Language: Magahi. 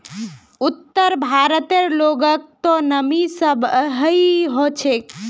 उत्तर भारतेर लोगक त नमी सहबइ ह छेक